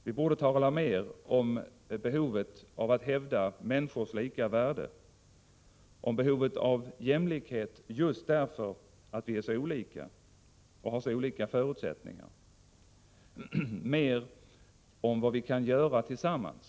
Vi borde tala mer om människors lika värde; mer om jämlikhet; just därför att vi är så olika och har så olika förutsättningar; mer om vad vi kan göra tillsammans.